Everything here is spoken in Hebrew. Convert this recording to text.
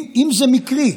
אם זה מקרי.